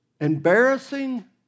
embarrassing